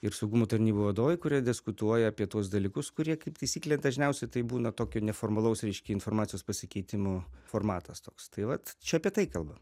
ir saugumo tarnybų vadovai kurie diskutuoja apie tuos dalykus kurie kaip taisyklė dažniausiai tai būna tokio neformalaus reiškia informacijos pasikeitimo formatas toks tai vat čia apie tai kalba